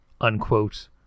unquote